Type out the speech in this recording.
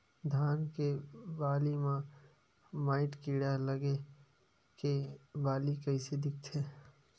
धान के बालि म माईट कीड़ा लगे से बालि कइसे दिखथे?